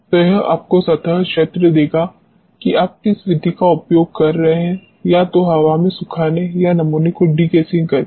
तो यह आपको सतह क्षेत्र देगा कि आप किस विधि का उपयोग कर रहे हैं या तो हवा से सुखाने या नमूने को डिगेसिंग करके